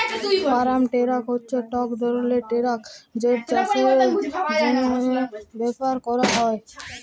farm tractor হছে ইক ধরলের টেরাক যেট চাষের জ্যনহে ব্যাভার ক্যরা হয়